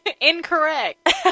Incorrect